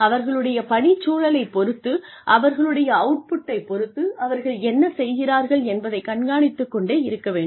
அவர்களுடைய பணிச்சூழலைப் பொறுத்து அவர்களுடைய அவுட்புட்டை பொறுத்து அவர்கள் என்ன செய்கிறார்கள் என்பதைக் கண்காணித்துக் கொண்டே இருக்க வேண்டும்